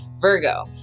Virgo